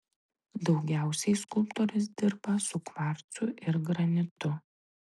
daugiausiai skulptorius dirba su kvarcu ir granitu